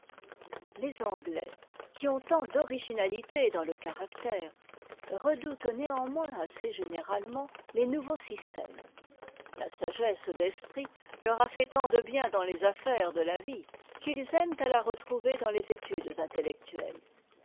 les anglais qui ont tant d'originalité dans le caractère redoutent néanmoins assez généralement les nouveaux systèmes la sagesse d'esprit leur a fait tant de bien dans les affaires de la vie qu'ils aiment à la retrouver dans les études intellectuelles